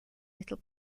little